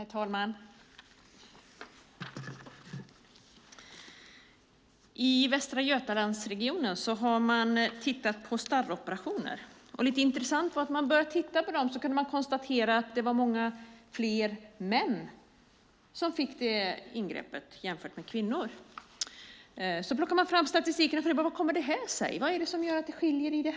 Herr talman! I Västra Götalandsregionen har man tittat på starroperationer. Lite intressant var att när man började titta på dem kunde man konstatera att det var många fler män som fick det ingreppet jämfört med kvinnor. Man plockade fram statistiken och frågade sig hur det kom sig. Vad är det som gör att det skiljer sig åt?